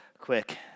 quick